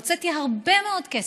הוצאתי הרבה מאוד כסף,